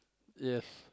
yes